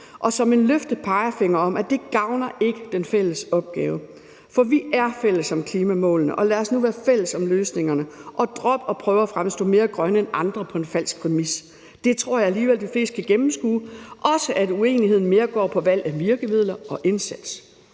som en løftet pegefinger om, at det ikke gavner den fælles opgave. For vi er fælles om klimamålene, så lad os nu være fælles om løsningerne. Og drop at prøve at fremstå mere grønne end andre på en falsk præmis. Det tror jeg alligevel at de fleste kan gennemskue, også at uenigheden mere går på valg af virkemidler og indsats.